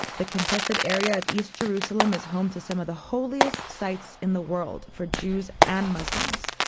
the contested area of east jerusalem is home to some of the holiest sites in the world for jews and muslims.